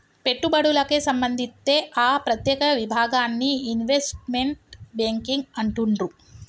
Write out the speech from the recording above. పెట్టుబడులకే సంబంధిత్తే ఆ ప్రత్యేక విభాగాన్ని ఇన్వెస్ట్మెంట్ బ్యేంకింగ్ అంటుండ్రు